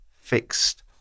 fixed